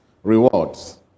rewards